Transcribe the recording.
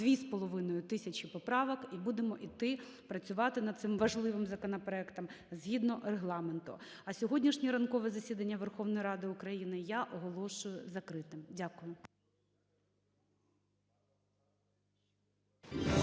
дві з половиною тисячі поправок, і будемо іти, працювати над цим важливим законопроектом згідно Регламенту. А сьогоднішнє ранкове засідання Верховної Ради України я оголошую закритим. Дякую.